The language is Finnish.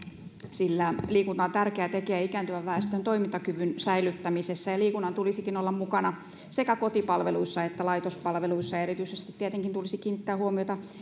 sillä liikunta on tärkeä tekijä ikääntyvän väestön toimintakyvyn säilyttämisessä liikunnan tulisikin olla mukana sekä kotipalveluissa että laitospalveluissa ja erityisesti tietenkin tulisi kiinnittää huomiota